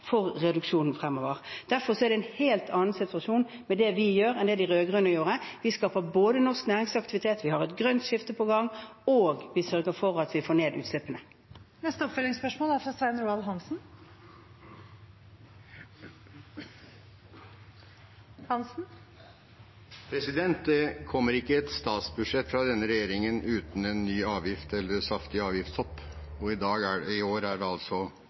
for reduksjon fremover. Derfor er det en helt annen situasjon med det vi gjør, enn det de rød-grønne gjorde. Vi skaffer norsk næringsaktivitet, vi har et grønt skifte på gang, og vi sørger for å få ned utslippene. Svein Roald Hansen – til oppfølgingsspørsmål. Det kommer ikke et statsbudsjett fra denne regjeringen uten en ny avgift eller et saftig avgiftshopp. I år er det altså biodiesel som er